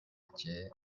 ажээ